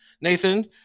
Nathan